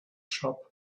shop